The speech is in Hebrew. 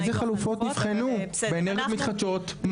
אילו חלופות נבחנו באנרגיות מתחדשות,